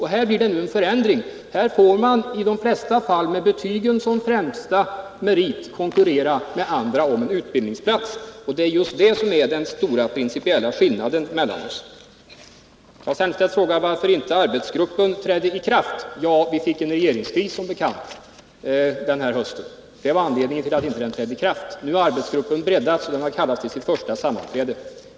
Här blir det nu en förändring som innebär att man, i de flesta fall, med betygen som främsta merit konkurrerar med andra om en utbildningsplats. Det är just det som är den stora principiella skillnaden mellan oss. Claes Elmstedt frågar varför inte arbetsgruppen trädde i kraft. Ja, vi fick som bekant en regeringskris denna höst, och det var anledningen till att den inte trädde i kraft. Nu har arbetsgruppen breddats och har kallats till sitt första sammanträde.